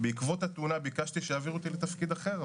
בעקבות התאונה ביקשתי שיעבירו אותי לתפקיד אחר,